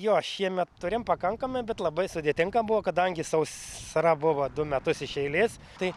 jo šiemet turim pakankamai bet labai sudėtinga buvo kadangi sausra buvo du metus iš eilės tai